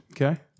Okay